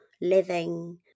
living